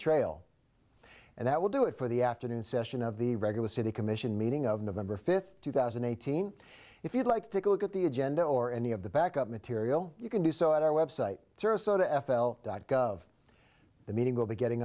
trail and that will do it for the afternoon session of the regular city commission meeting of november fifth two thousand and eighteen if you'd like to look at the agenda or any of the backup material you can do so at our website sarasota f l dot gov the meeting will be getting